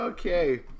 Okay